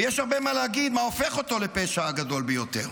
ויש הרבה מה להגיד על מה שהופך אותו לפשע הגדול ביותר: